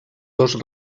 dos